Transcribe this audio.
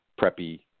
preppy